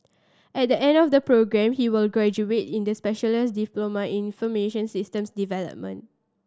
at the end of the programme he will graduate in this specialist diploma information systems development